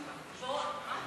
הרווחה והבריאות נתקבלה.